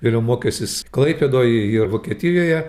yra mokęsis klaipėdoj ir vokietijoje